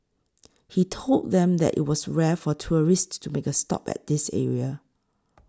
he told them that it was rare for tourists to make a stop at this area